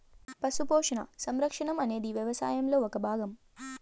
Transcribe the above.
పశు పోషణ, సంరక్షణ అనేది వ్యవసాయంలో ఒక భాగం